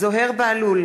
זוהיר בהלול,